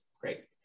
great